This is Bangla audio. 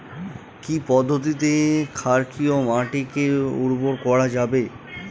কি পদ্ধতিতে ক্ষারকীয় মাটিকে উর্বর করা যাবে?